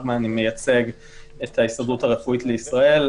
מייצג את ההסתדרות הרפואית לישראל.